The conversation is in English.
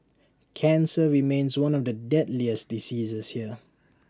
cancer remains one of the deadliest diseases here